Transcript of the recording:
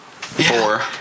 Four